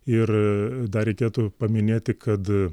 ir dar reikėtų paminėti kad